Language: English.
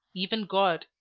even god.